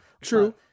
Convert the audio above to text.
true